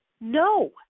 No